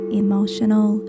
emotional